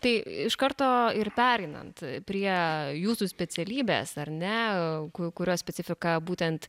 tai iš karto ir pereinant prie jūsų specialybės ar ne ko kurios specifika būtent